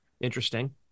Interesting